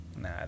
Nah